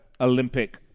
Olympic